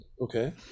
Okay